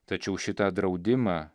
tačiau šitą draudimą